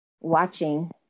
watching